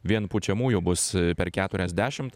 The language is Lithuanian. vien pučiamųjų bus per keturiasdešimt